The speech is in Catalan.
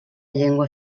llengua